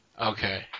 Okay